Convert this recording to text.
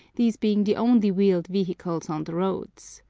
these being the only wheeled vehicles on the roads.